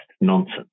nonsense